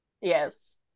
Yes